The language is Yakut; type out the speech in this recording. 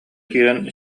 киирэн